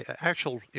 actual